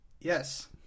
Yes